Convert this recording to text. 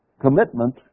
commitment